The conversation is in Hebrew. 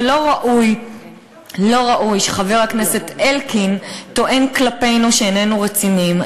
ולא ראוי שחבר הכנסת אלקין טוען כלפינו שאיננו רציניים.